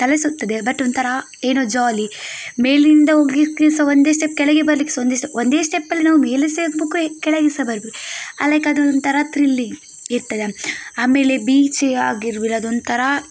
ತಲೆ ಸುತ್ತದೆ ಬಟ್ ಒಂಥರ ಏನೋ ಜಾಲಿ ಮೇಲಿನಿಂದ ಹೋಗಲಿಕ್ಕೆ ಸಹ ಒಂದೇ ಸ್ಟೆಪ್ ಕೆಳಗೆ ಬರಲಿಕ್ಕೆ ಸಹ ಒಂದೇ ಸ್ಟೆಪ್ ಒಂದೇ ಸ್ಟೆಪ್ಪಲ್ಲಿ ನಾವು ಮೇಲೆ ಸಹ ಏರಬೇಕು ಕೆಳಗೆ ಸಹ ಬರಬೇಕು ಲೈಕ್ ಅದೊಂಥರ ಥ್ರಿಲ್ಲಿಂಗ್ ಇರ್ತದೆ ಆಮೇಲೆ ಬೀಚ್ ಆಗಿರ್ಬೋದು ಅದೊಂಥರ